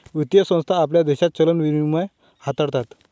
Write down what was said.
वित्तीय संस्था आपल्या देशात चलन विनिमय हाताळतात